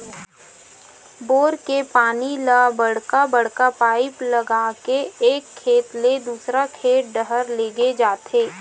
bore के पानी ल बड़का बड़का पाइप लगा के एक खेत ले दूसर खेत डहर लेगे जाथे